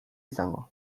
izango